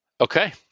Okay